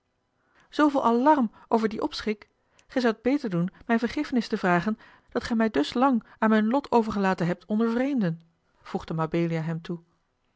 zooveel alarm over dien opschik gij zoudt beter doen mij vergiffenis te vragen dat gij mij dus lang aan mijn lot overgelaten hebt onder vreemden voegde mabelia hem toe